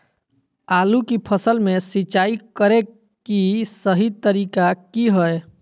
आलू की फसल में सिंचाई करें कि सही तरीका की हय?